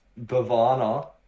Bavana